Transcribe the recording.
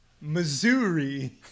Missouri